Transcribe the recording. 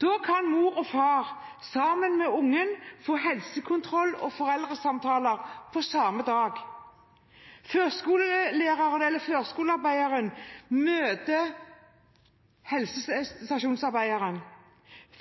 Da kan mor og far ha foreldresamtale og ungen få helsekontroll på samme dag. Førskolelæreren eller førskolearbeideren møter helsestasjonsarbeideren.